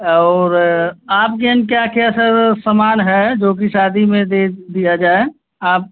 और आपके यहाँ क्या क्या सर सामान है जोकि शादी में दे दिया जाए आप